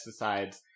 pesticides